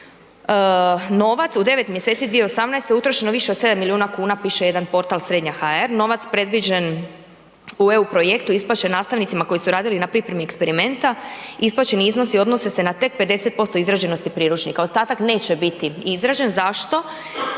Novac u 9 mjeseci 2018. utrošeno više od 7 milijuna kuna piše jedan portal Srednja HR, novac predviđen u EU projektu isplaćen nastavnicima koji su radili na pripremi eksperimenta, isplaćeni iznosi odnose se na tek 50% izrađenosti priručnika ostatak neće biti izrađen. Zašto?